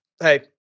hey